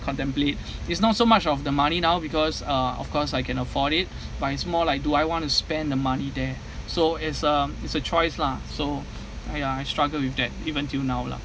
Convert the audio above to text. contemplate is not so much of the money now because uh of course I can afford it but it's more like do I want to spend the money there so it's um it's a choice lah so I I struggled with that even till now lah